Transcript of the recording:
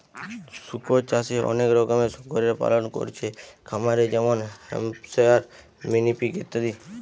শুকর চাষে অনেক রকমের শুকরের পালন কোরছে খামারে যেমন হ্যাম্পশায়ার, মিনি পিগ ইত্যাদি